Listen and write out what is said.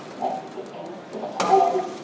let's pick the italian,